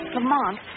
Lamont